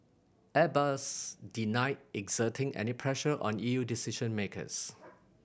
Airbus denied exerting any pressure on E U decision makers